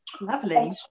Lovely